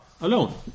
alone